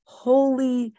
holy